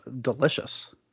delicious